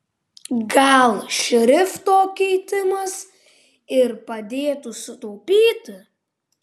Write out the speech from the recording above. gal šrifto keitimas ir padėtų sutaupyti